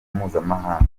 mpuzamahanga